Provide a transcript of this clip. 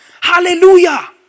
hallelujah